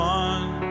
one